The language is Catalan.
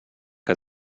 que